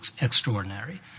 extraordinary